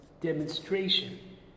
demonstration